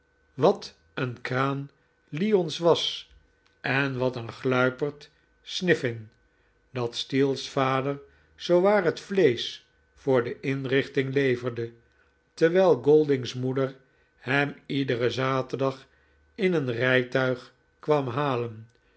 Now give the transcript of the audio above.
wat een kraan lyons was en wat een gluiperd sniffln dat steel's vader zoowaar het vleesch voor de inrichting leverde terwijl golding's moeder hem iederen zaterdag in een rijtuig kwam halen